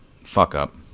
fuck-up